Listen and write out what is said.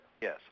Yes